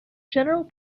general